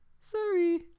sorry